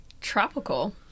tropical